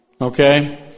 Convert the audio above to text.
Okay